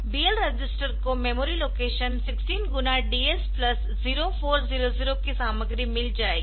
BL register को memory location 16 गुणा DS plus 0400 की सामग्री मिल जाएगी